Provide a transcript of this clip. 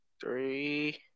three